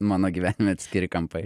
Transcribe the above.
mano gyvenime atskiri kampai